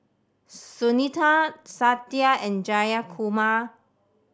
Sunita Satya and Jayakumar